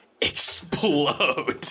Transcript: explode